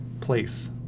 place